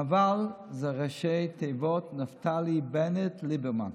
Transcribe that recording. נב"ל זה ראשי תיבות: נפתלי בנט ליברמן.